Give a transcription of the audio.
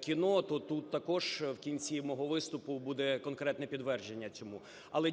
кіно, то тут також в кінці мого виступу буде конкретне підтвердження цьому.